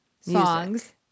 songs